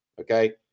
Okay